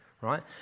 right